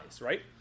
Right